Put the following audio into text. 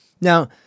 Now